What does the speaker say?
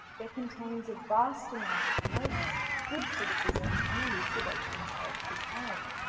but contains a vast amount of notes, good criticisms and elucidations of his um own.